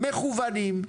מכוונים,